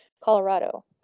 Colorado